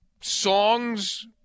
songs